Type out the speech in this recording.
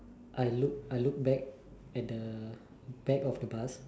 I looked I looked back at the back of the bus